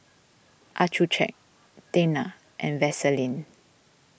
Accucheck Tena and Vaselin